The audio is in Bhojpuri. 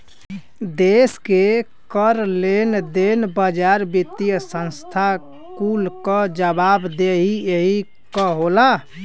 देस के कर, लेन देन, बाजार, वित्तिय संस्था कुल क जवाबदेही यही क होला